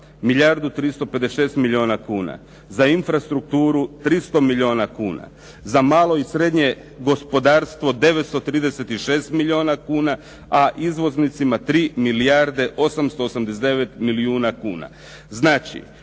milijardu 356 milijuna kuna, za infrastrukturu 300 milijuna kuna, za malo i srednje gospodarstvo 936 milijuna kuna, a izvoznicima 3 milijardi 889 milijuna kuna.